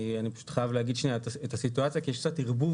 אני חייב לומר את הסיטואציה כי יש קצת ערבוב